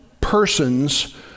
person's